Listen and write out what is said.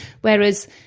Whereas